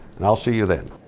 and i'll see you then.